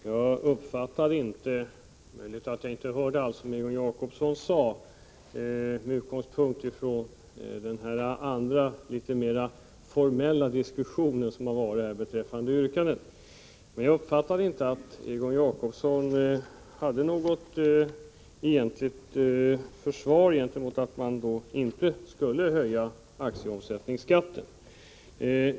Herr talman! Mot bakgrund av att vi har haft en särskild diskussion om den formella behandlingen av motionsyrkandet kanske jag inte uppfattade allt vad Egon Jacobsson sade. Jag uppfattade inte att Egon Jacobsson egentligen hade något försvar gentemot att inte höja aktieomsättningsskatten.